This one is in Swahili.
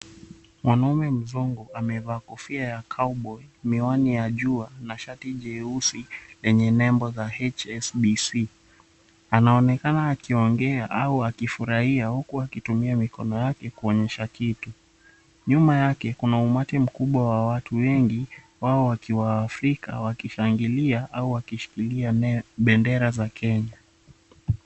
Mwanaume mzungu amevaa kofia ya cowboy , miwani ya jua na shati jeusi yenye nembo za, HSBC Anaonekana akiongea au akifurahia, huku akitumia mikono yake kuonyesha kitu. Nyuma yake, kuna umati mkubwa wa watu wengi, wao wakiwa waafrika wakishangilia au wakishikilia bendera za Kenya.